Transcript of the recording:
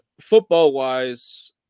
football-wise